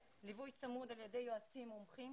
ליווי צמוד על ידי צוות יועצים מומחים,